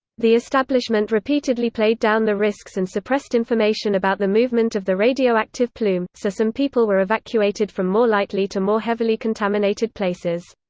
the establishment repeatedly played down the risks and suppressed information about the movement of the radioactive plume, so some people were evacuated from more lightly to more heavily contaminated places.